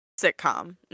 sitcom